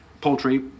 poultry